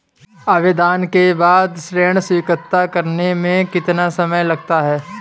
आवेदन के बाद ऋण स्वीकृत करने में कितना समय लगता है?